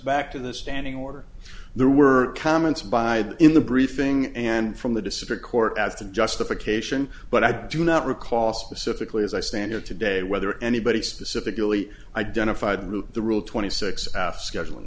back to the standing order there were comments by in the briefing and from the district court as to justification but i do not recall specifically as i stand here today whether anybody specifically identified with the rule twenty six asked scheduling